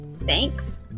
Thanks